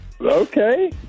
Okay